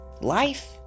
Life